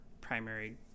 primary